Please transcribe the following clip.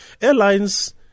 airlines